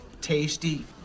tasty